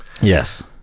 Yes